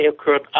occurred